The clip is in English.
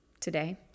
today